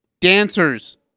dancers